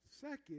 Second